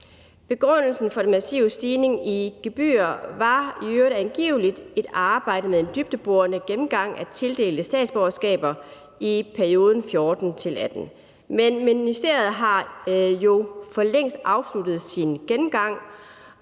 Begrundelsen for den massive stigning i gebyrer var i øvrigt angiveligt et arbejde med en dybdeborende gennemgang af tildelte statsborgerskaber i perioden 2014-2018. Men ministeriet har jo forlængst afsluttet sin gennemgang,